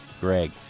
Greg